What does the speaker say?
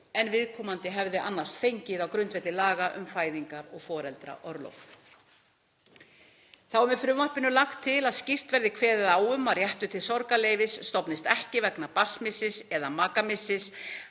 en viðkomandi hefði annars fengið á grundvelli laga um fæðingar- og foreldraorlof. Þá er með frumvarpinu lagt til að skýrt verði kveðið á um að réttur til sorgarleyfis stofnist ekki vegna barnsmissis eða makamissis